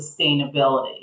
sustainability